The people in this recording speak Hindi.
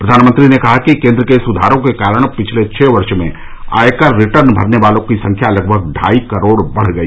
प्रधानमंत्री ने कहा कि केंद्र के सुधारों के कारण पिछले छ वर्ष में आयकर रिटर्न भरने वालों की संख्या लगभग ढाई करोड़ बढ गई